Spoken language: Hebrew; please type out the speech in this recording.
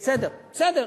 בסדר, בסדר.